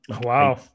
Wow